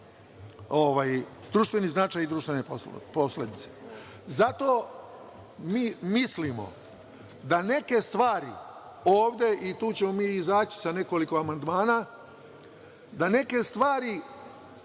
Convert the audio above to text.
društveni značaj i društvene posledice. Zato mi mislimo da neke stvari ovde, i tu ćemo mi zaći sa nekoliko amandmana, da neke stvari